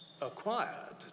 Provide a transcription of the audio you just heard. acquired